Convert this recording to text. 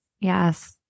Yes